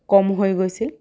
কম হৈ গৈছিল